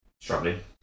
struggling